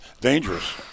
dangerous